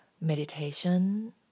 meditation